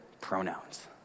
pronouns